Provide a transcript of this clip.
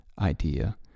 idea